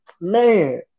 man